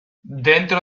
dentro